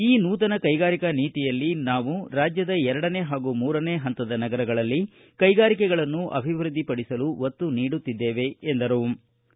ಈ ನೂತನ ಕೈಗಾರಿಕಾ ನೀತಿಯಲ್ಲಿ ನಾವು ರಾಜ್ಯದ ಎರಡನೇ ಪಾಗೂ ಮೂರನೇ ಪಂತದ ನಗರಗಳಲ್ಲಿ ಕೈಗಾರಿಕೆಗಳನ್ನು ಅಭಿವೃದ್ದಿ ಪಡಿಸಲು ಒತ್ತು ನೀಡುತ್ತಿದ್ದವೆ ಎಂದು ಜಗದೀಶ ಶೆಟ್ಟರ್ ಹೇಳಿದರು